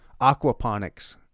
aquaponics